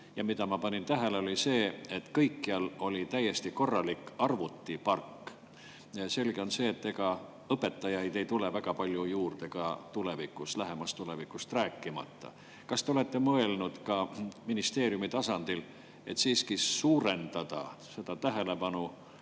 Ja ma panin tähele, et kõikjal oli täiesti korralik arvutipark. Selge on see, et ega õpetajaid ei tule väga palju juurde ka tulevikus, lähemast tulevikust rääkimata. Kas te olete mõelnud ka ministeeriumi tasandil, et tuleks suurendada tähelepanu